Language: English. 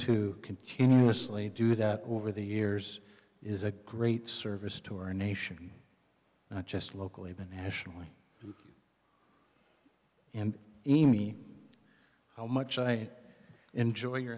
to continuously do that over the years is a great service to our nation not just locally but nationally and me how much i enjoy your